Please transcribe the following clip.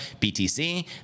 BTC